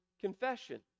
confession